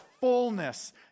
fullness